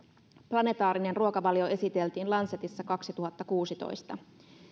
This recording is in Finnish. planetaarinen ruokavalio esiteltiin lancetissa kaksituhattakuusitoista